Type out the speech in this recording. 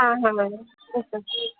हँ हँ से तऽ छै